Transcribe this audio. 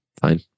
Fine